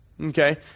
Okay